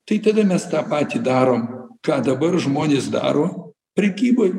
tai tada mes tą patį darom ką dabar žmonės daro prekyboj